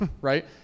right